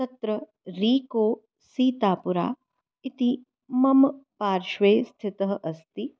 तत्र रीको सीतापुरा इति मम पार्श्वे स्थितः अस्ति